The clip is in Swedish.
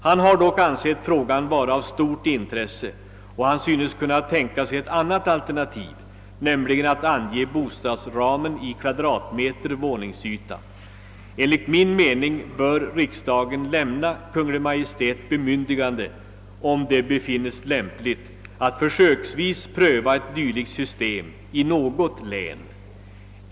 Han har dock ansett frågan vara av stort intresse och synes kunna tänka sig ett annat alternativ, nämligen att ange bostadsramen i kvadratmeter våningsyta. Enligt min mening bör riksdagen lämna Kungl. Maj:t bemyndigande att, om det befinnes lämpligt, försöksvis pröva ett dylikt system i något län.